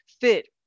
fit